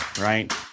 right